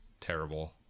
terrible